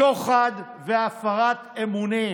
שוחד והפרת אמונים.